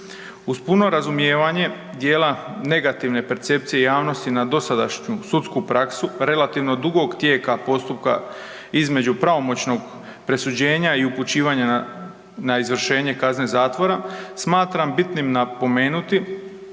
Uz puno razumijevanje dijela negativne percepcije javnosti na dosadašnju sudsku praksu, relativno dugog tijela postupka između pravomoćnost presuđenja i upućivanja na izvršenje kazne zatvora, smatram bitnim napomenuti